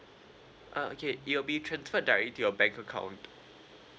uh okay it'll be transferred directly to your bank account